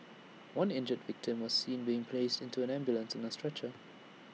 one injured victim was seen being placed into an ambulance on A stretcher